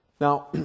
Now